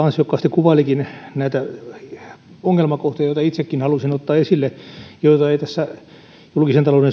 kuvailikin näitä ongelmakohtia joita itsekin halusin ottaa esille ja joita ei tässä julkisen talouden